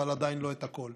אבל עדיין לא את הכול.